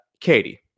Katie